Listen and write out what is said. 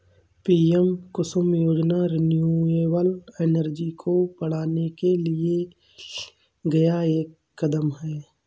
PM Kusum योजना renewable energy को बढ़ाने के लिए लिया गया एक कदम है